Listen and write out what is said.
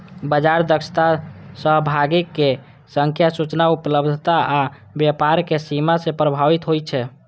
बाजार दक्षता सहभागीक संख्या, सूचना उपलब्धता आ व्यापारक सीमा सं प्रभावित होइ छै